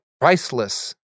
priceless